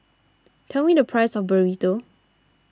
tell me the price of Burrito